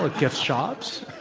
ah gift shops.